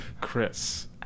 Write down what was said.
Chris